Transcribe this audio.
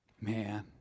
Man